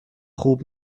خوب